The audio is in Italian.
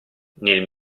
nel